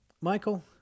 Michael